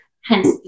hence